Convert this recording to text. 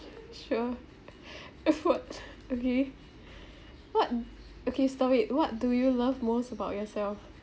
sure F word okay what okay stop it what do you love most about yourself